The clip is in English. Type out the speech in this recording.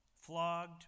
flogged